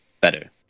better